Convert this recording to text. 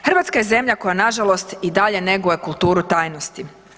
Hrvatska je zemlja koja nažalost i dalje njeguje kulturu tajnosti.